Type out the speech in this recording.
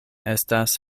estas